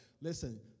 listen